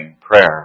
prayer